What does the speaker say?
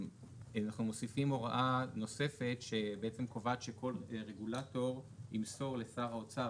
אנחנו מוסיפים הוראה נוספת שבעצם קובעת שכל רגולטור ימסור לשר האוצר,